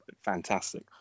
fantastic